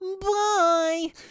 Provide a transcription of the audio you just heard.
Bye